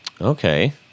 Okay